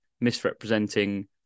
misrepresenting